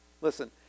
Listen